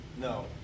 No